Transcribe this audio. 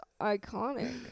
iconic